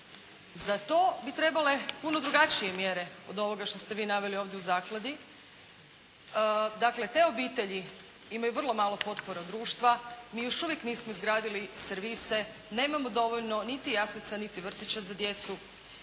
Za to bi trebale puno drugačije mjere od ovoga što ste vi naveli ovdje u zakladi. Dakle, te obitelji imaju vrlo malo potpore od društva. Mi još uvijek nismo izgradili servise. Nemamo dovoljno niti jaslica, niti vrtića za djecu.